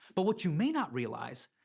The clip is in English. but what you may not realize,